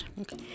Okay